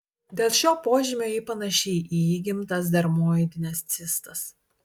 dėl šio požymio ji panaši į įgimtas dermoidines cistas